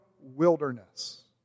wilderness